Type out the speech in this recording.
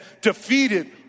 defeated